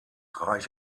reich